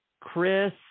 Chris